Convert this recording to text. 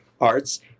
arts